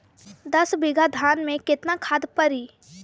दस बिघा धान मे केतना खाद परी?